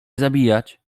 zabijać